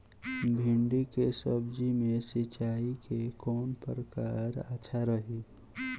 भिंडी के सब्जी मे सिचाई के कौन प्रकार अच्छा रही?